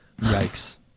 Yikes